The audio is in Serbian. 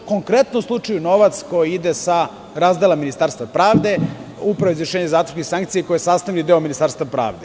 U konkretnom slučaju novac koji ide sa razdela Ministarstva pravde Upravi za izvršenje zatvorskih sankcija koja je sastavni deo Ministarstva pravde.